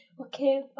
okay